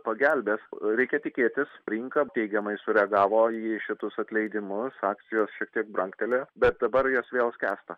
pagelbės reikia tikėtis rinka teigiamai sureagavo į šitus atleidimus akcijos šiek tiek brangtelėjo bet dabar jos vėl skęsta